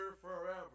forever